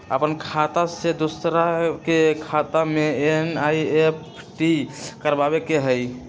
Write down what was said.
अपन खाते से दूसरा के खाता में एन.ई.एफ.टी करवावे के हई?